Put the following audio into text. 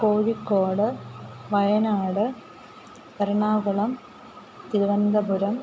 Kozhikode Wayanad Ernakulam Thiruvananthapuram